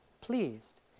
pleased